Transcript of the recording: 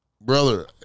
brother